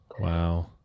Wow